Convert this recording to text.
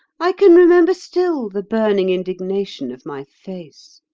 i can remember still the burning indignation of my face.